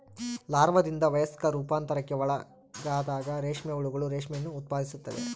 ಲಾರ್ವಾದಿಂದ ವಯಸ್ಕ ರೂಪಾಂತರಕ್ಕೆ ಒಳಗಾದಾಗ ರೇಷ್ಮೆ ಹುಳುಗಳು ರೇಷ್ಮೆಯನ್ನು ಉತ್ಪಾದಿಸುತ್ತವೆ